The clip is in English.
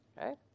right